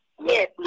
Yes